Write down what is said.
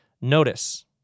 notice